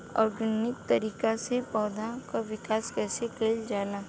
Organic तरीका से पौधा क विकास कइसे कईल जाला?